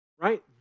right